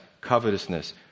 covetousness